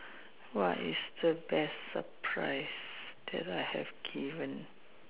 what is the best surprise that I have given